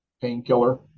painkiller